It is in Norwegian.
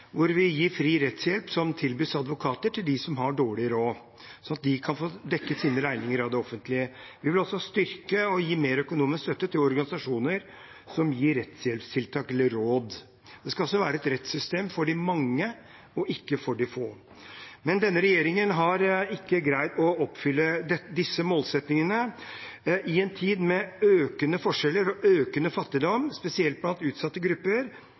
hvor vi gir fri rettshjelp som tilbys av advokater, til dem som har dårlig råd, slik at de kan få dekket sine regninger av det offentlige. Vi vil også styrke og gi mer økonomisk støtte til organisasjoner som gir rettshjelpstiltak eller -råd. Det skal være et rettssystem for de mange og ikke for de få. Denne regjeringen har ikke greid å oppfylle disse målsettingene. I en tid med økende forskjeller og økende fattigdom, spesielt blant utsatte grupper,